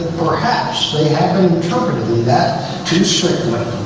perhaps they have interpreted that to so